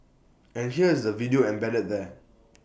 and here is the video embedded there